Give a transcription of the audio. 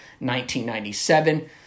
1997